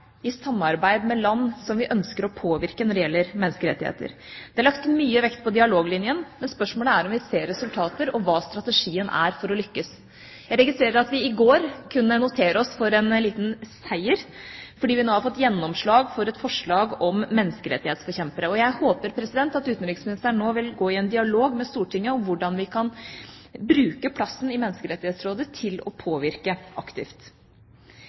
i samarbeid med land som vi ønsker å påvirke når det gjelder menneskerettigheter. Det er lagt mye vekt på dialoglinjen, men spørsmålet er om vi ser resultater, og hva strategien er for å lykkes. Jeg registrerer at vi i går kunne notere oss for en liten seier, fordi vi nå har fått gjennomslag for et forslag om menneskerettighetsforkjempere, og jeg håper at utenriksministeren nå vil gå i en dialog med Stortinget om hvordan vi kan bruke plassen i Menneskerettighetsrådet til å påvirke aktivt.